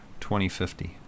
2050